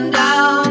down